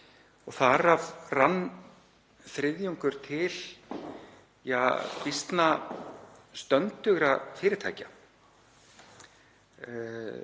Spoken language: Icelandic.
Þar af rann þriðjungur til býsna stöndugra fyrirtækja.